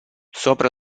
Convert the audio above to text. sopra